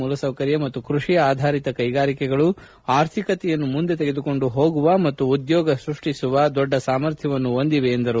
ಮೂಲಸೌಕರ್ಯ ಮತ್ತು ಕೃಷಿ ಆಧಾರಿತ ಕೈಗಾರಿಕೆಗಳು ಆರ್ಥಿಕತೆಯನ್ನು ಮುಂದೆ ತೆಗೆದುಕೊಂಡು ಹೋಗುವ ಮತ್ತು ಉದ್ಯೋಗ ಸೃಷ್ಟಿಸುವ ದೊಡ್ಡ ಸಾಮರ್ಥ್ಯವನ್ನು ಹೊಂದಿವೆ ಎಂದರು